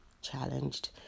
challenged